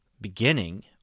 beginning